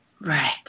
Right